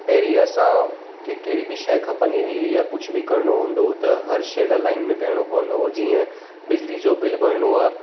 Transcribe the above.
पहिरीं असां खे कहिड़ी बि शइ खपंदी हुई या कुझु बि करिणो हूंदो हो त हर शइ लाइ लाइन में बीहणो पवंदो हो जीअं बिजली जो बिल भरिणो आहे